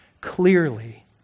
clearly